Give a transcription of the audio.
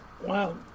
Wow